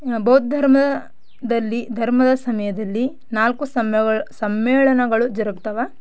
ಬೌದ್ಧ ಧರ್ಮದಲ್ಲಿ ಧರ್ಮದ ಸಮಯದಲ್ಲಿ ನಾಲ್ಕು ಸಮಯಗಳು ಸಮ್ಮೇಳನಗಳು ಜರುಗ್ತಾವೆ